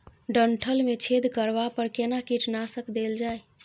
डंठल मे छेद करबा पर केना कीटनासक देल जाय?